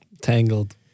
tangled